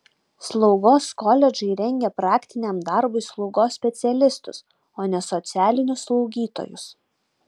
slaugos koledžai rengia praktiniam darbui slaugos specialistus o ne socialinius slaugytojus